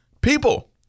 People